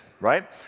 right